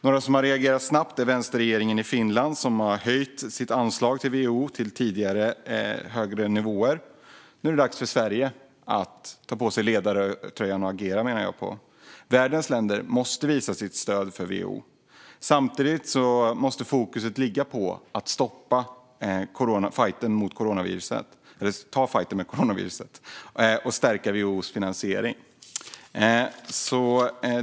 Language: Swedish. Några som har reagerat snabbt är vänsterregeringen i Finland, som har höjt sitt anslag till WHO till tidigare högre nivåer. Nu är det dags för Sverige att ta på sig ledartröjan och agera, menar jag. Världens länder måste visa sitt stöd för WHO. Fokus måste vara att ta fajten mot coronaviruset och att stärka WHO:s finansiering.